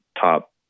top